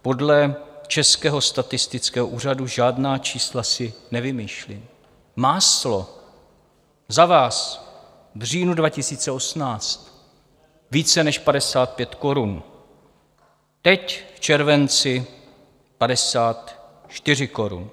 Podle Českého statistického úřadu žádná čísla si nevymýšlím máslo za vás v říjnu 2018 více než 55 korun, teď v červenci 54 korun.